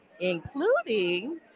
including